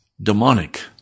Demonic